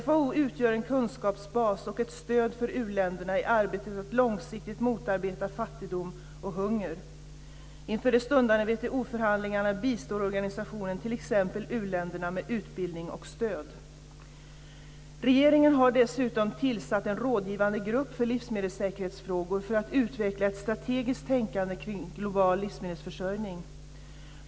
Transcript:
FAO utgör en kunskapsbas och ett stöd för u-länderna i arbetet att långsiktigt motarbeta fattigdom och hunger. Inför de stundande WTO-förhandlingarna bistår organisationen t.ex. u-länderna med utbildning och stöd. Regeringen har dessutom tillsatt en rådgivande grupp för livsmedelssäkerhetsfrågor för att utveckla ett strategiskt tänkande kring global livsmedelsförsörjning.